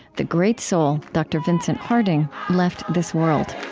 the great soul, dr. vincent harding, left this world.